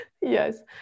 Yes